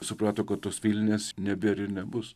suprato kad tos vilnės nebėr ir nebus